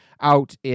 out